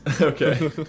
Okay